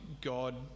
God